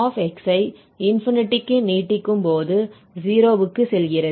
f ஐ க்கு நீட்டிக்கும்போது 0 க்கு செல்கிறது